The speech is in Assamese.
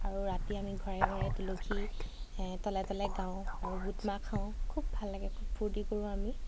আৰু ৰাতি আমি ঘৰে ঘৰে তুলসী তলে তলে গাওঁ আৰু বুট মাহ খাওঁ খুব ভাল লাগে খুব ফূৰ্তি কৰোঁ আমি